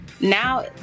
Now